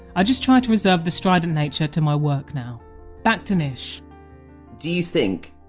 i just try to reserve the strident nature to my work now back to nish do you think,